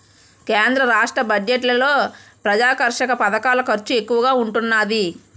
కేంద్ర రాష్ట్ర బడ్జెట్లలో ప్రజాకర్షక పధకాల ఖర్చు ఎక్కువగా ఉంటున్నాది